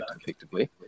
effectively